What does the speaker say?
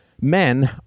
Men